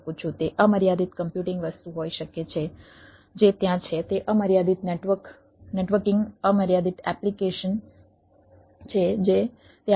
તે અમર્યાદિત કમ્પ્યુટિંગ વસ્તુ હોઈ શકે છે જે ત્યાં છે તે અમર્યાદિત નેટવર્કિંગ અમર્યાદિત એપ્લિકેશન છે જે ત્યાં છે